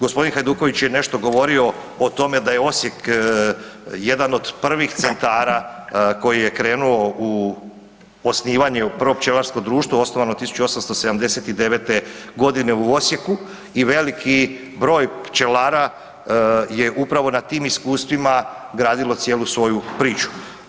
G. Hajduković je nešto govorio o tome da je Osijek jedan od prvih centara koji je krenuo u osnivanje, prvo pčelarsko društvo osnovano 1879.g. u Osijeku i veliki broj pčelara je upravo na tim iskustvima gradilo cijelu svoju priču.